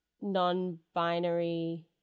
non-binary